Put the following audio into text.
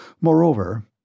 Moreover